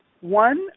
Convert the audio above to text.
One